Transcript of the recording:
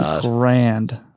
grand